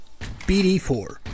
BD4